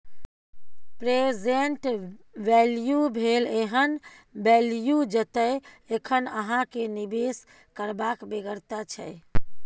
present value भेल एहन value जतय एखन अहाँ केँ निबेश करबाक बेगरता छै